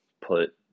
put